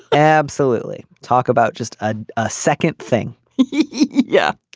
absolutely. talk about just a ah second thing. yeah.